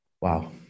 Wow